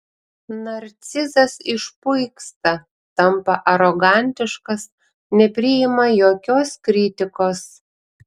narcizas išpuiksta tampa arogantiškas nepriima jokios kritikos